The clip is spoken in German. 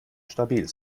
stabil